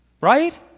Right